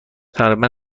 تقریبا